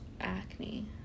acne